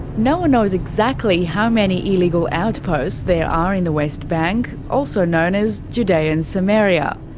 no-one knows exactly how many illegal outposts there are in the west bank, also known as judea and samaria.